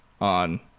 on